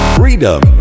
freedom